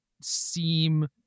seem